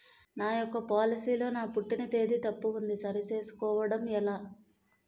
నా యెక్క పోలసీ లో నా పుట్టిన తేదీ తప్పు ఉంది సరి చేసుకోవడం ఎలా?